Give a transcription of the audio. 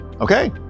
Okay